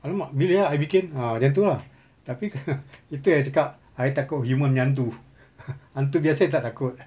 !alamak! bila eh I bikin ah macam itu lah tapi itu yang I cakap I takut human punya hantu hantu biasa I tak takut